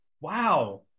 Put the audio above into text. Wow